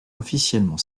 officiellement